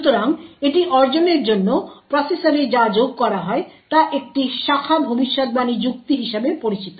সুতরাং এটি অর্জনের জন্য প্রসেসরে যা যোগ করা হয় তা একটি শাখা ভবিষ্যদ্বাণী যুক্তি হিসাবে পরিচিত